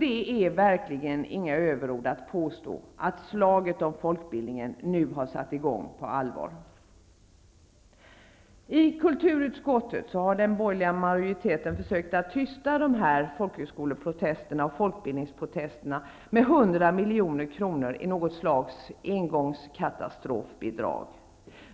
Det är verkligen inga överord att påstå att slaget om folkbildningen har satt i gång på allvar. Den borgerliga majoriteten i kulturutskottet har försökt att tysta protesterna från representanter för folkhögskolorna och folkbildningen med hjälp av 100 milj.kr. i något slags katastrofbidrag av